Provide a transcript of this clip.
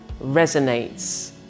resonates